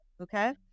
Okay